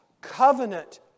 covenant